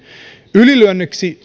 ylilyönniksi